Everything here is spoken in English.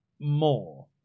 more